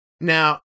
Now